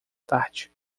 tarde